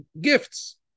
gifts